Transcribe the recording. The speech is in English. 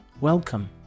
Welcome